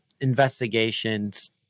investigations